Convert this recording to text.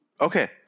Okay